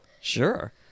Sure